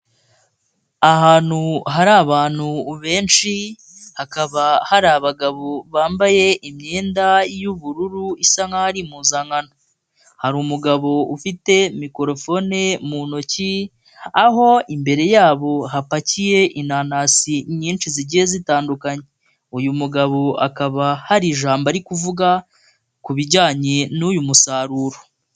Ahantu hari abantu benshi, hakaba hari abagabo bambaye imyenda y'ubururu, isa nk'aho ari impuzankano. Hari umugabo ufite microphone mu ntoki, aho imbere yabo hapakiye inanasi nyinshi zigiye zitandukanye. Uyu mugabo akaba hari ijambo ari kuvuga ku bijyanye n'uyu musaruro.